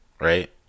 right